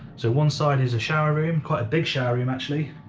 so one side is a shower room, quite a big shower room actually,